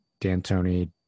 D'Antoni